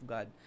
God